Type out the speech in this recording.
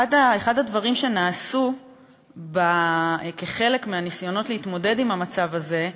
אחד הדברים שנעשו כחלק מהניסיונות להתמודד עם המצב הזה,